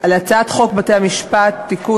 על הצעת חוק בתי-המשפט (תיקון,